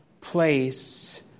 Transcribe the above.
place